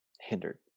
hindered